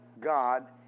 God